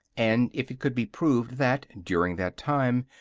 and if it could be proved that, during that time,